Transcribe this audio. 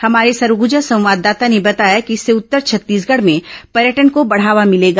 हमारे सरगुजा संवाददाता ने बताया कि इससे उत्तर छत्तीसगढ़ में पर्यटन को बढ़ावा मिलेगा